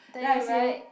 then you write